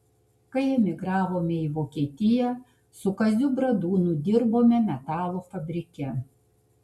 kai emigravome į vokietiją su kaziu bradūnu dirbome metalo fabrike